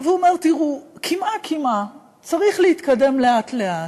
הוא אמר: קמעה-קמעה, צריך להתקדם לאט-לאט.